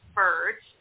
birds